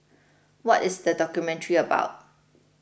what is the documentary about